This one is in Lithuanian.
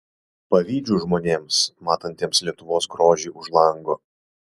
pavydžiu žmonėms matantiems lietuvos grožį už lango